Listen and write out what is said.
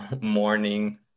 morning